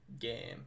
game